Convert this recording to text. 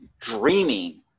dreaming